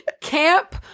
Camp